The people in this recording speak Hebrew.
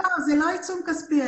זה לא עיצום כספי.